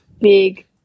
big